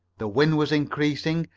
the wind was increasing,